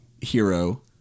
hero